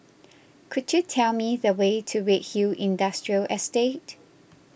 could you tell me the way to Redhill Industrial Estate